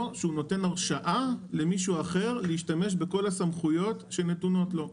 שהוא נותן הרשאה למישהו אחר להשתמש בכל הסמכויות שנתונות לו.